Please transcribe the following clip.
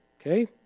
Okay